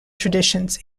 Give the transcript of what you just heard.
traditions